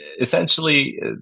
essentially